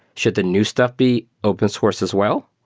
should the new stuff be open source as well?